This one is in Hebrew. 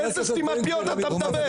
על איזה סתימת פיות אתה מדבר?